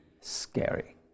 scary